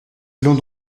allons